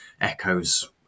echoes